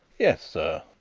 yes, sir,